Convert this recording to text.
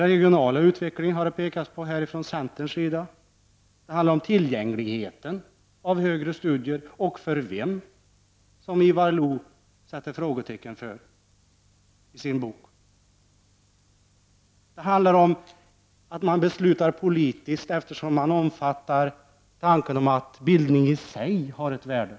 Centern har pekat på den regionala utvecklingen. Det handlar om tillgängligheten till högre studier, och det handlar om för vem de är avsedda, vilket Ivar Lo-Johansson sätter frågetecken för i sin bok. Det handlar om att man fattar beslut politiskt, eftersom man omfattar tanken om att bildning i sig har ett värde.